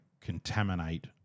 contaminate